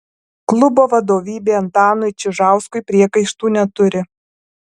klubo vadovybė antanui čižauskui priekaištų neturi